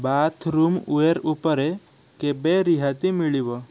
bathroom ware ଉପରେ କେବେ ରିହାତି ମିଳିବ